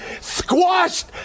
squashed